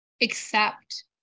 accept